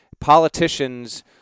politicians